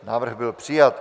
Návrh byl přijat.